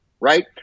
right